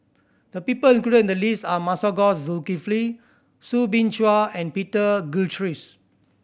the people included in the list are Masagos Zulkifli Soo Bin Chua and Peter Gilchrist